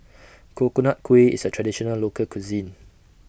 Coconut Kuih IS A Traditional Local Cuisine